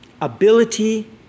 ability